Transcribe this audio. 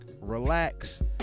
relax